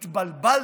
התבלבלת.